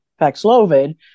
Paxlovid